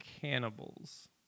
cannibals